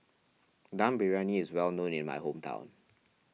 Dum Briyani is well known in my hometown